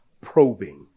probing